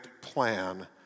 plan